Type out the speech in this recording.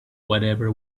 whatever